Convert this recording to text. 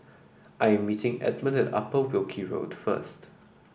I am meeting Edmond at Upper Wilkie Road first